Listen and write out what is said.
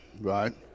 Right